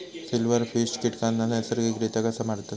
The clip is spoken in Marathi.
सिल्व्हरफिश कीटकांना नैसर्गिकरित्या कसा मारतत?